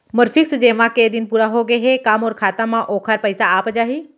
मोर fix जेमा के दिन पूरा होगे हे का मोर खाता म वोखर पइसा आप जाही?